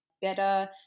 better